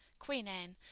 queen anne,